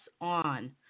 on